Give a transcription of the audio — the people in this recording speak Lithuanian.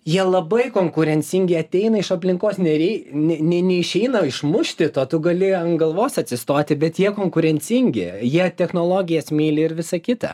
jie labai konkurencingi ateina iš aplinkos nerei ne neišeina išmušti to tu gali ant galvos atsistoti bet jie konkurencingi jie technologijas myli ir visa kita